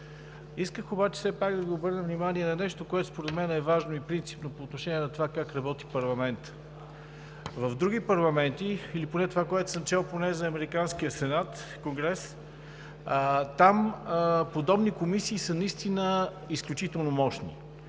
Исках обаче все пак да Ви обърна внимание на нещо, което според мен е важно и принципно по отношение на това как работи парламентът. В други парламенти, или поне това, което съм чел за американския сенат, конгрес, там подобни комисии са наистина изключително мощни.